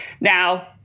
Now